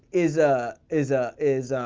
is a. is a. is a.